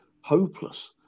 hopeless